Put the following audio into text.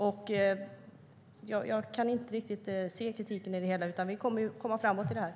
Jag kan inte riktigt se fog för kritiken i det hela. Vi kommer att komma framåt i det här.